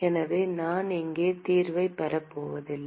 எனவே நான் இங்கே தீர்வைப் பெறப் போவதில்லை